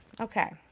okay